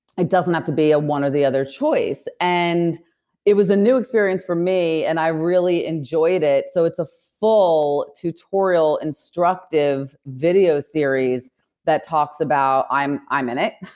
it doesn't have to be a one or the other choice. and it was a new experience for me and i really enjoyed it so, it's a full tutorial, instructive video series that talks about. i'm i'm in it,